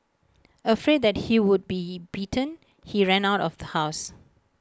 afraid that he would be beaten he ran out of the house